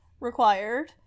required